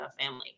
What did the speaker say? family